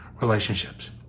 relationships